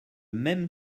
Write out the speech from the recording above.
même